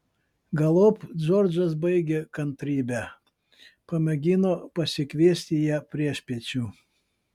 galop džordžas baigė kantrybę pamėgino pasikviesti ją priešpiečių